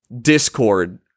Discord